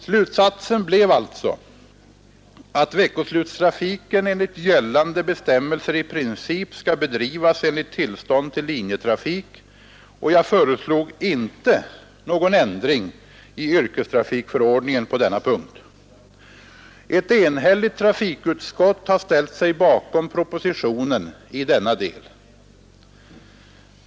Slutsatsen blev alltså att veckoslutstrafiken enligt gällande bestämmelser i princip skall bedrivas enligt tillstånd till linjetrafik, och jag föreslog inte någon ändring i yrkestrafikförordningen på denna punkt. Ett enhälligt trafikutskott har ställt sig bakom propositionen i denna del.